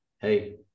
hey